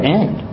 end